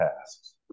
tasks